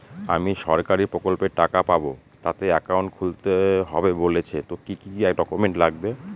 আমি সরকারি প্রকল্পের টাকা পাবো তাতে একাউন্ট খুলতে হবে বলছে তো কি কী ডকুমেন্ট লাগবে?